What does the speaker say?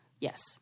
Yes